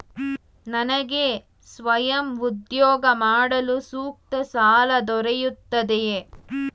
ನನಗೆ ಸ್ವಯಂ ಉದ್ಯೋಗ ಮಾಡಲು ಸೂಕ್ತ ಸಾಲ ದೊರೆಯುತ್ತದೆಯೇ?